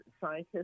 scientists